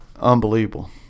unbelievable